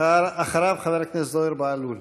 אחריו, חבר הכנסת זוהיר בהלול.